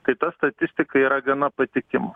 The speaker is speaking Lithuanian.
tai ta statistika yra gana patikima